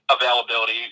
availability